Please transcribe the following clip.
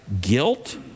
guilt